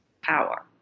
power